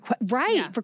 Right